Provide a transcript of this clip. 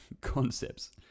concepts